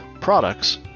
products